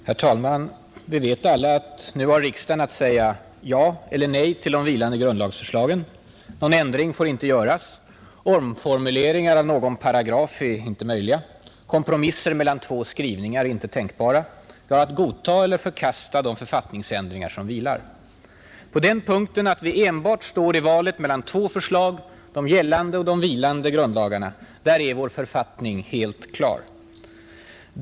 Herr talman! Vi vet alla att riksdagen nu har att säga ja eller nej till de vilande grundlagsförslagen. Någon ändring får inte göras. Omformuleringar av någon paragraf är inte möjliga. Kompromisser mellan två skrivningar är inte tänkbara, Vi har att godta eller förkasta de författningsändringar som vilar. På den punkten — att vi enbart står i valet mellan två förslag: de gällande och de vilande grundlagarna — är vår författning helt klar.